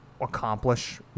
accomplish